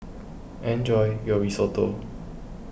enjoy your Risotto